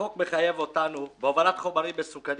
החוק מחייב אותנו לגבי הובלת חומרים מסוכנים.